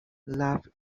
love